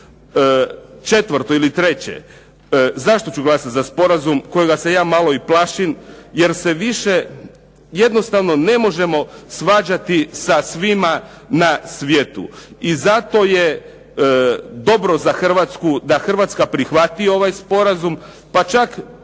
Četvrto ili treće, zašto su glasati za sporazum kojega se ja malo i plašim jer se više jednostavno ne možemo svađati sa svima na svijetu. I zato je dobro za Hrvatsku da Hrvatska prihvati ovaj sporazum pa čak pa neka